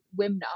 WIMNA